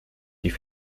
die